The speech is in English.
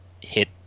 hit